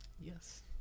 Yes